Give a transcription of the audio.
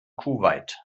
kuwait